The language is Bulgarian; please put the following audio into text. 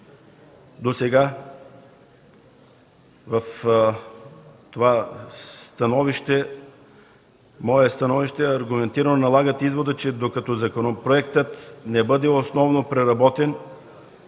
досега в това становище, аргументирано налага извода, че докато законопроектът не бъде основно преработен